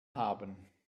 haben